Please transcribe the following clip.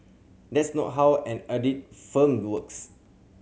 that's not how an audit firm works